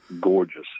gorgeous